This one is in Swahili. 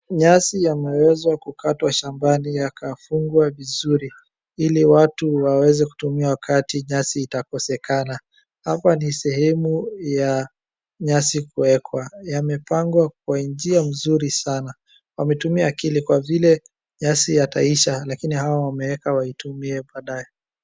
Nyasi yameweza kukatwa shambani yakafungwa vizuri ili watu waweze kutumia wakati nyasi itakosekana, hapa ni sehemu ya nyasi kuwekwa. Yamepangwa kwa njia mzuri sana, wametumia akili kwa vile nyasi yataisha lakini hawa wameweka waitumie baadaye.